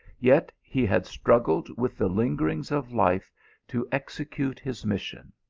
yet he had struggled with the lingerings of life to execute his mission.